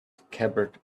scabbard